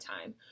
time